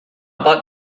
about